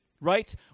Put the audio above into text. right